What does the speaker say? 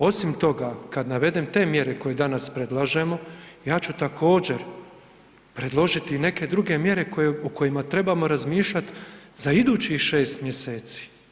Osim toga, kad navedem te mjere koje danas predlažemo ja ću također predložiti i neke druge mjere o kojima trebamo razmišljati za idućih 6 mjeseci.